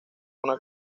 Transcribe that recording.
una